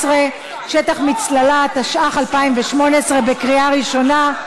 17) (שטח מצללה), התשע"ח 2018, בקריאה ראשונה.